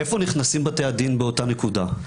איפה נכנסים בתי הדין באותה נקודה?